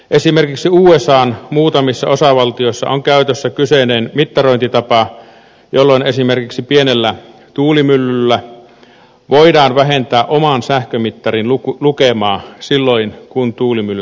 esimerkiksi usan muutamissa osavaltioissa on käytössä kyseinen mittarointitapa jolloin esimerkiksi pienellä tuulimyllyllä voidaan vähentää oman sähkömittarin lukemaa silloin kun tuulimylly tuottaa sähköä